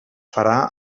farà